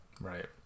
Right